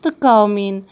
تہٕ کاومِن